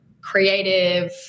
creative